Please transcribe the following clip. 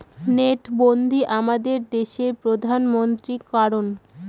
নোটবন্ধী আমাদের দেশের প্রধানমন্ত্রী করান